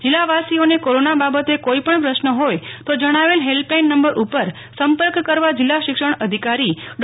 જિલ્લાવાસીઓને corona બાબતે કોઇપણ પ્રશ્ન હોય તો જણાવેલ હેલ્પલાઇન નંબર ઉપર સંપર્ક કરવા જિલ્લા શિક્ષણાધિકારી ડો